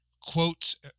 quotes